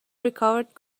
recovered